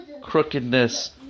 crookedness